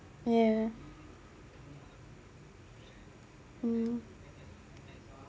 ya mm